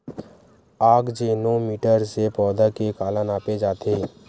आकजेनो मीटर से पौधा के काला नापे जाथे?